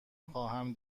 خواهم